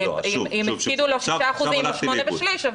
אם הפקידו לו 6% או 8 ושליש.